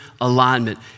alignment